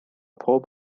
pob